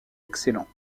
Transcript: excellents